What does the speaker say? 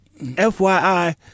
FYI